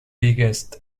biggest